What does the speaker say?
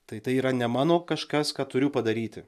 tai tai yra ne mano kažkas ką turiu padaryti